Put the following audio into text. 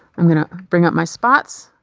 i'm going to bring up my spots.